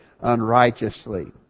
unrighteously